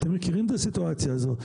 אתם מכירים את הסיטואציה הזאת.